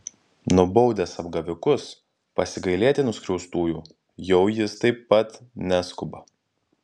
nubaudęs apgavikus pasigailėti nuskriaustųjų jau jis taip pat neskuba